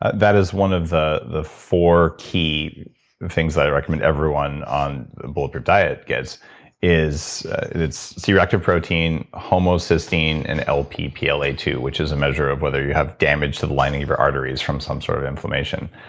ah that is one of the the four key things that i recommend everyone on bulletproof diet guest is it's c-reactive protein, homocysteine, and lp p l a two, which is a measure of whether you have damage in lining of your arteries from some sort of inflammation.